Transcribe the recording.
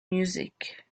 music